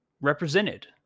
represented